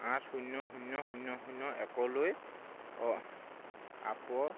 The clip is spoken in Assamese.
আঠ শূন্য শূন্য শূন্য শূন্য একলৈ